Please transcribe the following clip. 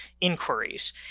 inquiries